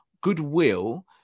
goodwill